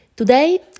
Today